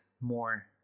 more